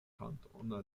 kantona